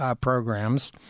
programs